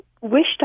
wished